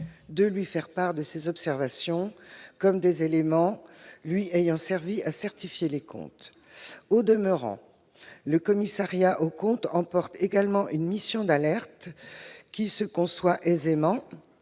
de lui faire part de ses observations, comme des éléments lui ayant servi à certifier les comptes. Au demeurant, le commissariat aux comptes emporte également une mission d'alerte, qui se conçoit aisément